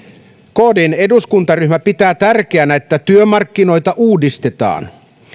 kdn eduskuntaryhmä pitää tärkeänä että työmarkkinoita uudistetaan